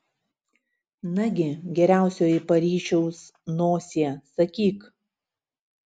nagi geriausioji paryžiaus nosie sakyk